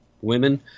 women